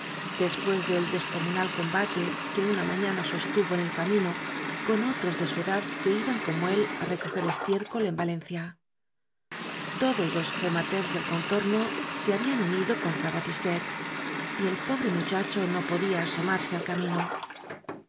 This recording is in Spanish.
después del descomunal combate que una ma ñana sostuvo en el camino con otros de su edad que iban como él á recojer estiércol en valencia todos los fematers del contorno se habían unido contra batistet y el pobre mu chacho no podía asomarse al camino